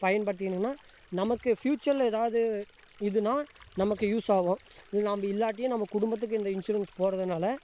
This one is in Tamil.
பயன்படுத்திக்கினா நமக்கு ஃபியூச்சரில் எதாவது இதுனா நமக்கு யூஸ் ஆகும் நாம்ம இல்லாட்டியும் நம்ம குடும்பத்துக்கு இந்த இன்சூரன்ஸ் போகிறதுனால